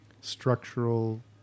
structural